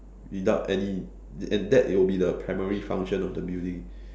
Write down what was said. without any and that would be the primary function of the building